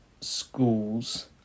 schools